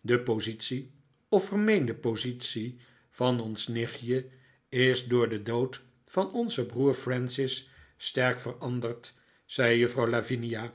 de positie of vermeende positie van ons nichtje is door den dood van onzen broer francis sterk veranderd zei juffrouw lavinia